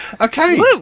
Okay